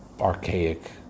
archaic